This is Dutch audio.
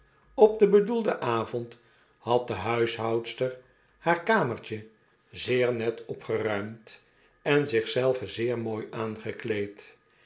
op den bedoelden avond had de huishoudster haar kamertje zeer net opgeruimd en zich zelve zeer mooi aangekleed